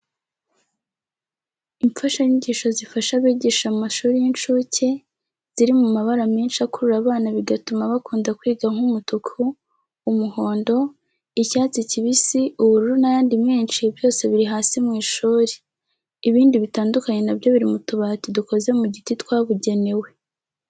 Imfashanyigisho zifasha abigisha mu mashuri y'incuke, ziri mu mabara menshi akurura abana bigatuma bakunda kwiga nk'umutuku, umuhondo, icyatsi kibisi, ubururu n'ayandi menshi byose biri hasi mu ishuri. Ibindi bitandukanye na byo biri mu tubati dukoze mu giti twabugenewe.